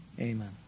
amen